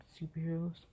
superheroes